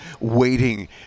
waiting